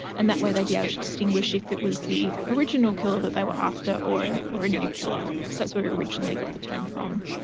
and that way they'd be able to distinguish if it was the original killer that they were after or and or a new killer. so that's where we originally got the term from.